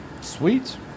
Sweet